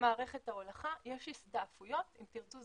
ממערכת ההולכה יש הסתעפויות אם תרצו,